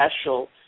special